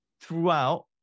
throughout